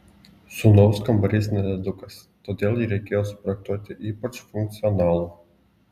sūnaus kambarys nedidukas todėl jį reikėjo suprojektuoti ypač funkcionalų